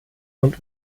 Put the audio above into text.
und